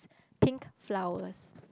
pink flowers